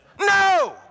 No